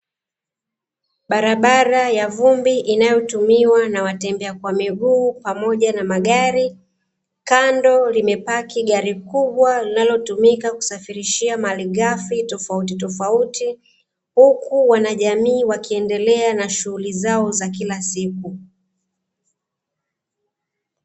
Barabara ya vumbi inayotumiwa na watembea kwa miguu pamoja na magari, kando limepaki gari kubwa linalotumika kusafirishia malighafi tofautitofauti huku wanajamii wakiendelea na shughuli zao za kila siku.